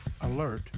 alert